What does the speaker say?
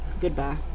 goodbye